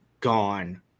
gone